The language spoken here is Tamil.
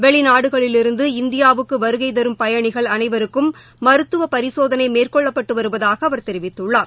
வெளிநாடுகளிலிருந்து இந்தியாவுக்கு வருகை தரும் பயணிகள் அனைபவருக்கும் மருத்துவ பரிசோதனை மேற்கொள்ளப்பட்டு வருவதாக அவர் தெரிவித்துள்ளார்